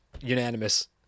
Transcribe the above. unanimous